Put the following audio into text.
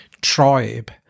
tribe